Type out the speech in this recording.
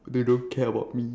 they don't care about me